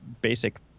basic